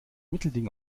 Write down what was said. mittelding